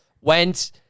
Went